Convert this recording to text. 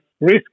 risk